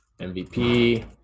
MVP